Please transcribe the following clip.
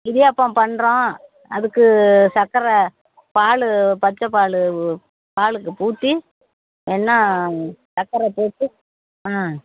இடியாப்பம் பண்ணுறோம் அதுக்கு சக்கரை பால் பச்சை பால் பாலுக்கு ஊற்றி வேண்ணால் சக்கரை போட்டு ஆ